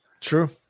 True